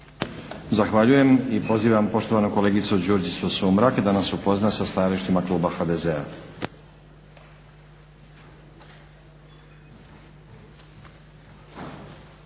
Zahvaljujem. Pozivam poštovanu kolegicu Đurđicu Sumrak da nas upozna sa stajalištima kluba HDZ-a.